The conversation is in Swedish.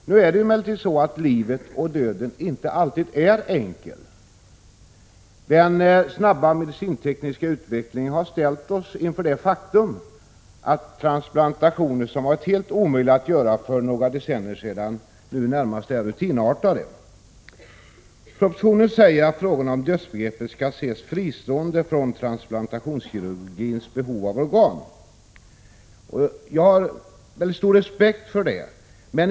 Nu är det emellertid så att livet och döden inte alltid är enkla. Den snabba medicintekniska utvecklingen har ställt oss inför det faktum att transplantationer, som varit helt omöjliga att göra för några decennier sedan, nu närmast är rutinartade. I propositionen sägs att frågorna om dödsbegreppet skall ses fristående från transplantationskirurgins behov av organ. Jag har stor respekt för detta.